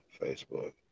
Facebook